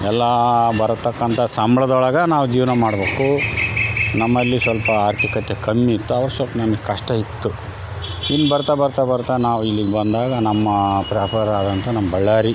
ಎಲ್ಲ ಬರ್ತಕ್ಕಂಥ ಸಂಬಳದೊಳಗೆ ನಾವು ಜೀವನ ಮಾಡ್ಬೇಕು ನಮ್ಮಲ್ಲಿ ಸ್ವಲ್ಪ ಆರ್ಥಿಕತೆ ಕಮ್ಮಿ ಇತ್ತು ಆವಾಗ ಸ್ವಲ್ಪ ನಮಗೆ ಕಷ್ಟ ಇತ್ತು ಇನ್ನು ಬರ್ತಾ ಬರ್ತಾ ಬರ್ತಾ ನಾವು ಇಲ್ಲಿಗೆ ಬಂದಾಗ ನಮ್ಮ ಪ್ರ್ಯಾಪಾರ ಆದಂಥ ನಮ್ಮ ಬಳ್ಳಾರಿ